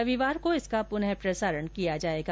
रविवार को इसका पुनः प्रसारण किया जाएगा